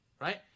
right